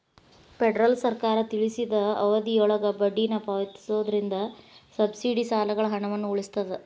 federal ಸರ್ಕಾರ ತಿಳಿಸಿದ ಅವಧಿಯೊಳಗ ಬಡ್ಡಿನ ಪಾವತಿಸೋದ್ರಿಂದ ಸಬ್ಸಿಡಿ ಸಾಲಗಳ ಹಣವನ್ನ ಉಳಿಸ್ತದ